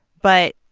but.